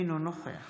אינו נוכח